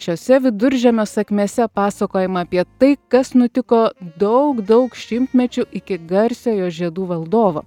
šiose viduržemio sakmėse pasakojama apie tai kas nutiko daug daug šimtmečių iki garsiojo žiedų valdovo